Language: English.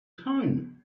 town